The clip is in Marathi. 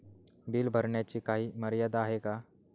बिल भरण्याची काही मर्यादा आहे का?